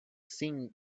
seen